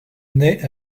naît